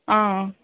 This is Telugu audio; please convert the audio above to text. ఆ